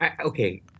Okay